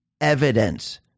evidence